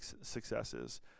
successes